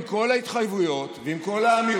עם כל ההתחייבויות ועם כל האמירות,